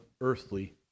earthly